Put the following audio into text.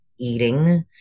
eating